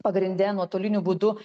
pagrinde nuotoliniu būdu